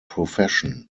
profession